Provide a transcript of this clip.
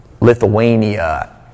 Lithuania